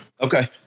Okay